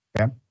Okay